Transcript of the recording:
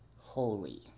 Holy